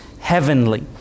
Heavenly